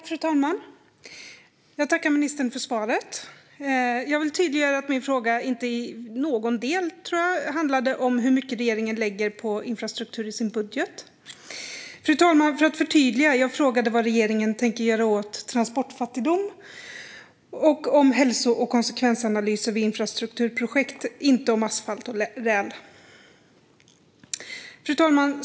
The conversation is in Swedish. Fru talman! Jag tackar ministern för svaret. Jag vill tydliggöra att min fråga inte i någon del handlade om hur mycket regeringen lägger på infrastruktur i sin budget. För att förtydliga, fru talman: Jag frågade vad regeringen tänker göra åt transportfattigdom och om hälso och konsekvensanalys av infrastrukturprojekt, inte om asfalt och räls. Fru talman!